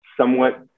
somewhat